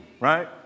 Right